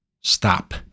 Stop